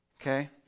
Okay